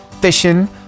fishing